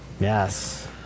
Yes